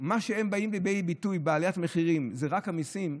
שבא לידי ביטוי בעליית המחירים זה רק המיסים,